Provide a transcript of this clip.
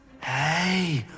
Hey